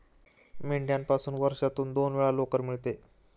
मेंढ्यापासून वर्षातून दोन वेळा लोकर मिळते